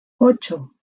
ocho